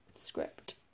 script